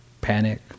panic